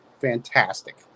Fantastic